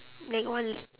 like one